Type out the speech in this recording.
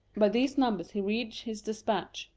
by these numbers he reads his despatch.